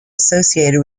associated